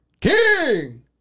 King